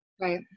right